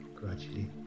gradually